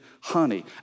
honey